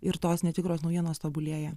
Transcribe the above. ir tos netikros naujienos tobulėja